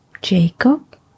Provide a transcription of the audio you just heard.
Jacob